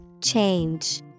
Change